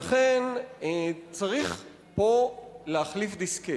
לכן, צריך פה להחליף דיסקט.